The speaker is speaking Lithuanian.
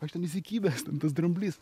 aš ten įsikibęs ten tas dramblys